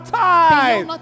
time